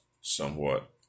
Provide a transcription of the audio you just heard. somewhat